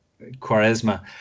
Quaresma